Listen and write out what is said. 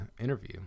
interview